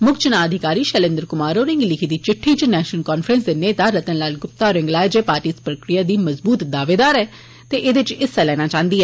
मुक्ख चुनां अधिकारी शैलेन्द्र कुमार होरें गी लिखी दी चिद्ठी च नेशनल कांफ्रेंस दे नेता रतन लाल गुप्ता होरें गलाया जे पार्टी इस प्रक्रिया दी मजबूत दावेदार ऐ ते एह्दे च हिस्सा लैना चांह्दी ऐ